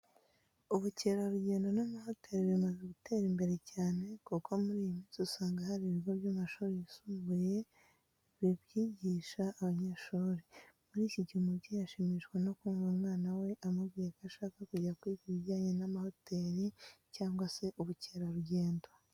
Ubukerarugendo n'amahoteli bimaze gutera imbere cyane kuko muri iyi minsi usanga hari ibigo by'amashuri yisumbuye bibyigisha abanyeshuri. Muri iki gihe, umubyeyi ashimishwa no kumva umwana we amubwiye ko ashaka kujya kwiga ibijyanye n'amahoteli cyangwa se ubukerarugendo.